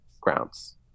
grounds